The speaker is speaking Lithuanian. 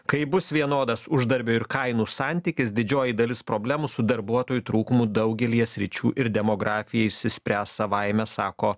kai bus vienodas uždarbio ir kainų santykis didžioji dalis problemų su darbuotojų trūkumu daugelyje sričių ir demografija išsispręs savaime sako